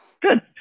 good